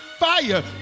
fire